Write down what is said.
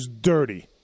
dirty